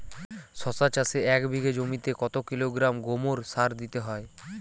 শশা চাষে এক বিঘে জমিতে কত কিলোগ্রাম গোমোর সার দিতে হয়?